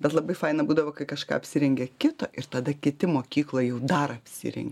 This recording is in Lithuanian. bet labai faina būdavo kai kažką apsirengia kito ir tada kiti mokykloj jau dar apsirengia